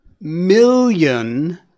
million